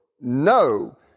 No